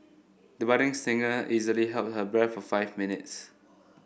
the budding singer easily held her breath for five minutes